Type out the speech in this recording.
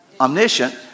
omniscient